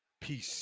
Peace